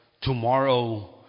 tomorrow